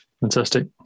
Fantastic